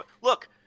look